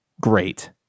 great